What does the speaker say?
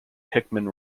hickman